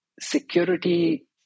security